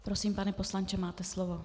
Prosím, pane poslanče, máte slovo.